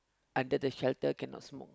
under the shelter cannot smoke